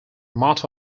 motto